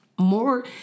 more